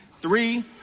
three